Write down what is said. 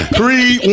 Three